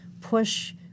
push